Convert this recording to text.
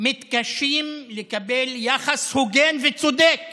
שמתקשים לקבל יחס הוגן וצודק